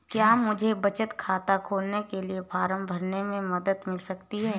क्या मुझे बचत खाता खोलने के लिए फॉर्म भरने में मदद मिल सकती है?